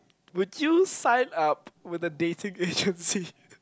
would you sign up with a dating agency